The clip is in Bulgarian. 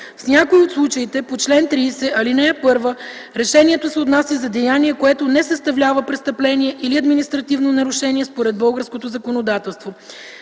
в някои от случаите по чл. 30, ал. 1 решението се отнася за деяние, което не съставлява престъпление или административно нарушение според българското законодателство;